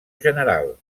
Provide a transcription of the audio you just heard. general